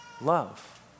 love